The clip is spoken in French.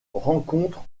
rencontres